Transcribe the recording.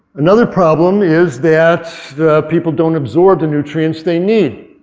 another problem is that the people don't absorb the nutrients they need.